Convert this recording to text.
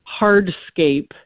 hardscape